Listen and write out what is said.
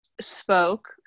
spoke